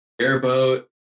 Airboat